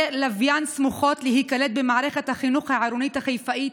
לוויין סמוכות להיקלט במערכת החינוך העירונית החיפאית,